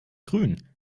grün